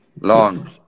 Long